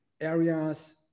areas